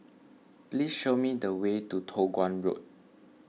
please show me the way to Toh Guan Road